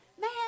man